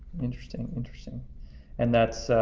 interesting, interesting and that's